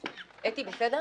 אין התיקון הנוסף התקבל.